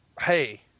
Hey